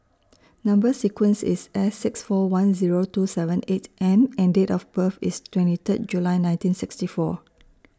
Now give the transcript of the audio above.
Number sequence IS S six four one Zero two seven eight M and Date of birth IS twenty Third July nineteen sixty four